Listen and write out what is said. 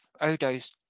Odo's